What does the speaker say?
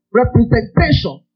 representation